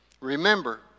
Remember